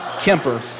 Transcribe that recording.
Kemper